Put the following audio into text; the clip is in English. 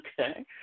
Okay